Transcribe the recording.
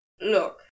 Look